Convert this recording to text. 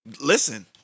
Listen